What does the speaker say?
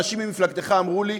אנשים ממפלגתך אמרו לי,